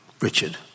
Richard